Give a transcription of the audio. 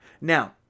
Now